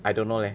I don't know leh